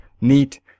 neat